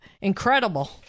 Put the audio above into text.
incredible